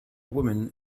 woman